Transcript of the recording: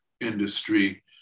industry